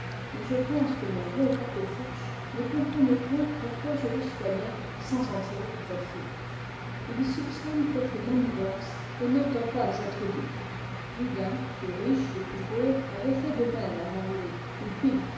mais je pense que mon bon portefourche ne comprenait point pourquoi je le soignais sans en tirer profit il soupçonne quelque manigance et n'entend pas être dupe plus d'un plus riche ou plus pauvre avait fait de même avant lui ou pis